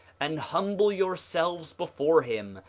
and humble yourselves before him,